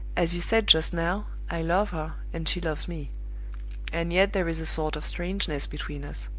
as you said just now, i love her, and she loves me and yet there is a sort of strangeness between us.